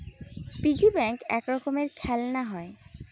piggy bank এক রকমের খেলনা হয়